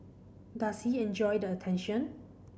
does he enjoy the attention